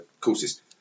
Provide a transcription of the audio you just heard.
courses